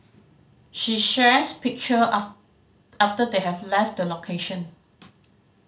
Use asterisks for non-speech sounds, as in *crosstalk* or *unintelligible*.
she shares picture *unintelligible* after they have left the location